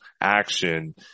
action